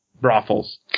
brothels